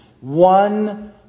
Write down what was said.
one